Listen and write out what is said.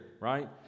right